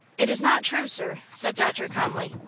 it is not true, sir, said dodger, calmly,